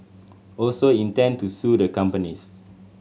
also intend to sue the companies